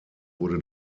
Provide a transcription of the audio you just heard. wurde